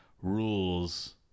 rules